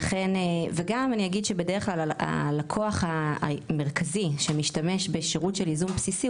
וגם אני אגיד שבדרך כלל הלקוח המרכזי שמשתמש בשירות של ייזום בסיסי,